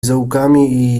zaułkami